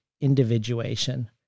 individuation